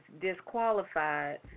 disqualified